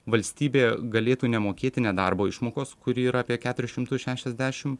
valstybė galėtų nemokėti nedarbo išmokos kuri yra apie keturis šimtus šešiasdešim